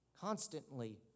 constantly